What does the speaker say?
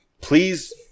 please